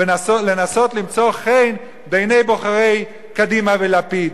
ולנסות למצוא חן בעיני בוחרי קדימה ולפיד,